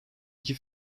iki